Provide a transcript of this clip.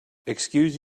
excuse